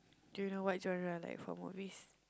do you know what genre I like for movies